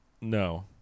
No